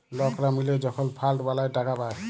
লকরা মিলে যখল ফাল্ড বালাঁয় টাকা পায়